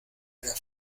haga